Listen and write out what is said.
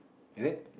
is it